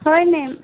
হয় মেম